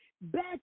back